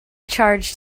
charged